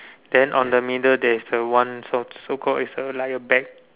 then on the middle there is a one so so call it's a like a bag